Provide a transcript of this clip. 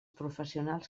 professionals